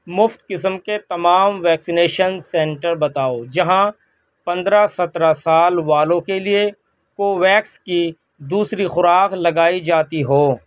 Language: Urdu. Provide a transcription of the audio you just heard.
مفت قسم کے تمام ویکسینیشن سنٹر بتاؤ جہاں پندرہ سترہ سال والوں کے لیے کوویکس کی دوسری خوراک لگائی جاتی ہو